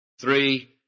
three